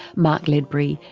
mark ledbury,